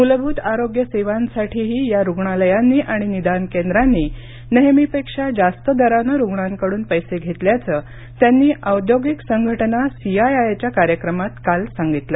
मूलभूत आरोग्य सेवांसाठीही या रुग्णालयांनी आणि निदान केंद्रांनी नेहमीपेक्षा जास्त दरानं रुग्णांकडून पैसे घेतल्याचं त्यांनी औद्योगिक संघटना सीआयआय च्या कार्यक्रमात काल सांगितलं